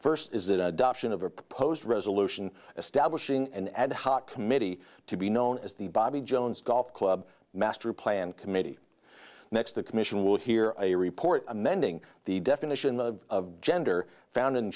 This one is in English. first is that adoption of a proposed resolution establishing an ad hoc committee to be known as the bobby jones golf club masterplan committee next the commission will hear a report amending the definition of gender found in